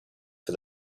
for